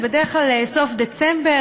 זה בדרך כלל סוף דצמבר,